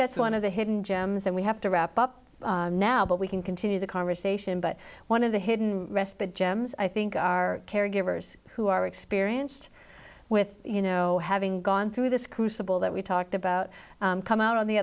that's one of the hidden gems that we have to wrap up now but we can continue the conversation but one of the hidden rested gems i think our caregivers who are experienced with you know having gone through this crucible that we talked about come out on the